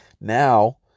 Now